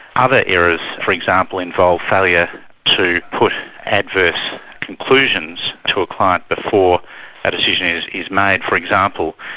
ah other errors, for example, involve failure to put adverse conclusions to a client before a decision is is made. for example,